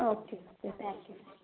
okay thank you